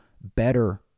better